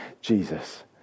Jesus